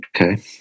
Okay